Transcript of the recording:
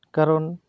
ᱠᱟᱨᱚᱱ